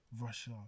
Russia